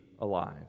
alive